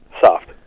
soft